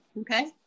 okay